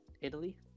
italy